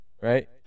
right